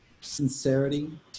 sincerity